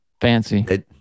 Fancy